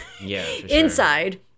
inside